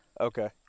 okay